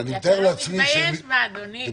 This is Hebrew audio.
כי אתה לא מתבייש בה, אדוני.